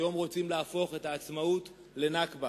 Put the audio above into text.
היום רוצים להפוך את העצמאות ל"נכבה",